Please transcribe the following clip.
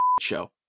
show